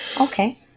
Okay